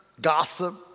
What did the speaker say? gossip